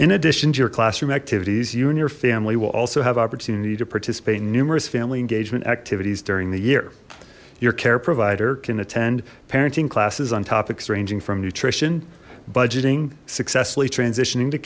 in addition to your classroom activities you and your family will also have opportunity to participate numerous family engagement activities during the year your care provider can attend parenting classes on topics ranging from nutrition budgeting successfully transitioning to